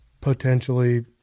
potentially